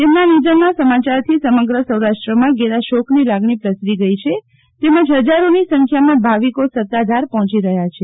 તેમના નિધનના સમાચારથી સમગ્ર સૌરાષ્ટ્રમાં ઘેરા શોકની લાગણી પ્રસરી ગઈ છે તેમજ ફજારોની સંખ્યામાં ભાવિકો સત્તાધાર પહોંચી રહ્યા છે